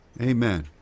Amen